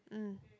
mm